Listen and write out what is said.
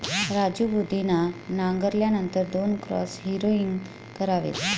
राजू पुदिना नांगरल्यानंतर दोन क्रॉस हॅरोइंग करावेत